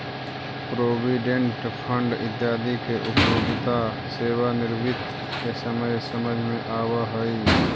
provident fund इत्यादि के उपयोगिता सेवानिवृत्ति के समय समझ में आवऽ हई